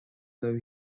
though